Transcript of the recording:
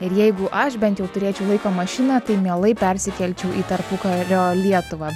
ir jeigu aš bent jau turėčiau laiko mašiną tai mielai persikelčiau į tarpukario lietuvą